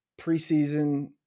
preseason